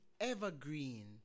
evergreen